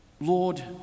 Lord